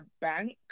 bank